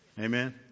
Amen